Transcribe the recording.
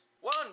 One